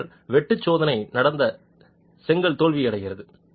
பின்னர் வெட்டு சோதனை நடத்த செங்கல் தோல்வியடைகிறது